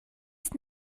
ist